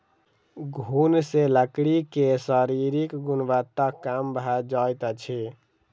घुन सॅ लकड़ी के शारीरिक गुणवत्ता कम भ जाइत अछि